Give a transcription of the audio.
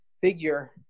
figure